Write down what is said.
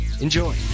Enjoy